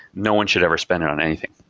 no one should ever spend it on anything.